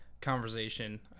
conversation